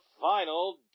Final